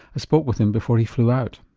i spoke with him before he flew out.